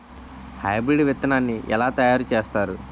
Hybrid విత్తనాన్ని ఏలా తయారు చేస్తారు?